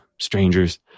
strangers